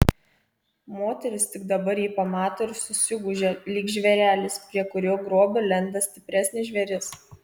moteris tik dabar jį pamato ir susigūžia lyg žvėrelis prie kurio grobio lenda stipresnis žvėris